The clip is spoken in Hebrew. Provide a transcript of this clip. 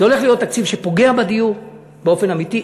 זה הולך להיות תקציב שפוגע בדיור באופן אמיתי.